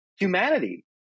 humanity